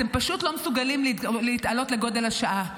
אתם פשוט לא מסוגלים להתעלות לגודל השעה.